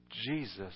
Jesus